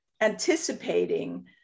anticipating